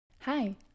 hi